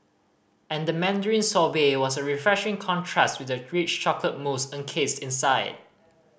and the mandarin sorbet was a refreshing contrast with the rich chocolate mousse encased inside